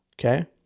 okay